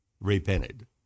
repented